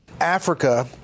Africa